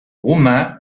roumain